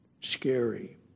Scary